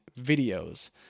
videos